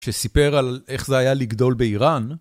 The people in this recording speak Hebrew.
שסיפר על איך זה היה לגדול באיראן.